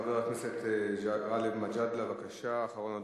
חבר הכנסת גאלב מג'אדלה, בבקשה, אחרון הדוברים.